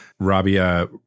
Rabia